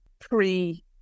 pre